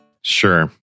Sure